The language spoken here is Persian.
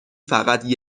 فقط